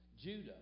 Judah